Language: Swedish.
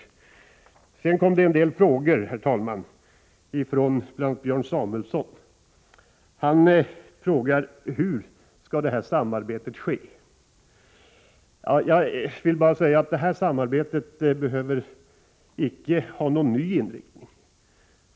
Det har, herr talman, ställts en del frågor till mig, bl.a. av Björn Samuelson. Han frågade: Hur skall samarbetet ske? Samarbetet behöver icke någon ny inriktning.